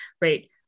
right